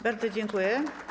Bardzo dziękuję.